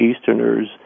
Easterners